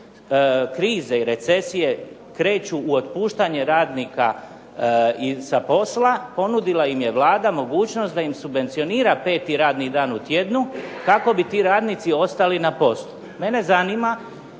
krize i recesije kreću u otpuštanje radnika sa posla ponudila im je Vlada mogućnost da im subvencionira 5. radni dan u tjednu kako bi ti radnici ostali na poslu. Mene zanima